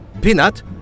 Peanut